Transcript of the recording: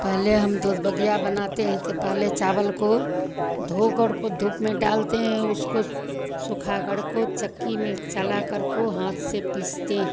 पहले हम दूध बगिया बनाते हैं तो पहले हम चावल को धोकर को धूप में डालते हैं उसको सुखाकर को चक्की में चलाकर को हाथ से पीसते हैं